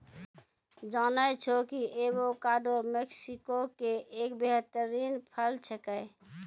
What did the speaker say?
जानै छौ कि एवोकाडो मैक्सिको के एक बेहतरीन फल छेकै